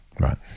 Right